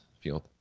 field